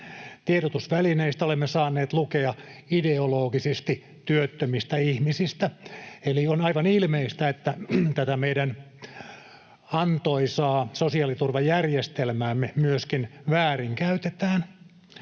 Tiedotusvälineistä olemme saaneet lukea ideologisesti työttömistä ihmisistä, eli on aivan ilmeistä, että tätä meidän antoisaa sosiaaliturvajärjestelmäämme myöskin väärinkäytetään.